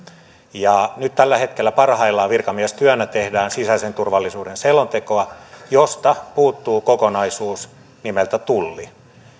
ja nyt tällä hetkellä parhaillaan virkamiestyönä tehdään sisäisen turvallisuuden selontekoa josta puuttuu kokonaisuus nimeltä tulli